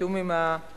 בתיאום עם הממשלה,